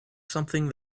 something